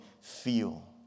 feel